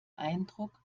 eindruck